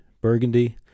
burgundy